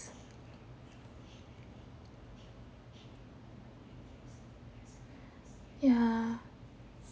ya